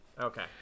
okay